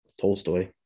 Tolstoy